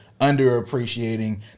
underappreciating